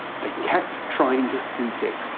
they kept trying to sneak in.